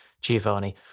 Giovanni